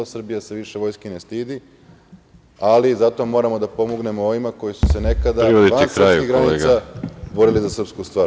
Srbija se više vojske ne stidi, ali zato moramo da pomognemo ovima koji su se nekada van srpskih granica borili za srpsku stvar.